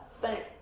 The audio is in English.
thank